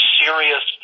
serious